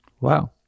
Wow